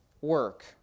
work